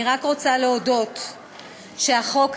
אני רק רוצה להודות שהחוק הזה,